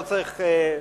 לא צריך,